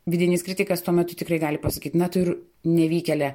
vidinis kritikas tuo metu tikrai gali pasakyt na tu ir nevykėlė